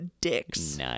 dicks